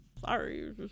Sorry